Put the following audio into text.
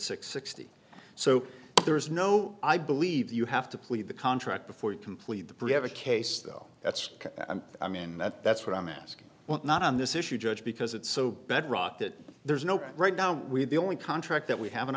six sixty so there is no i believe you have to plead the contract before you complete the privet case though that's i mean that's that's what i'm asking what not on this issue judge because it's so bedrock that there's no right now we're the only contract that we have an